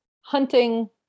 hunting